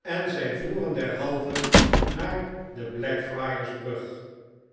en zij voeren derhalve naar de blackfriars brug